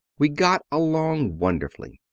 we got along wonderfully.